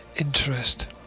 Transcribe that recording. interest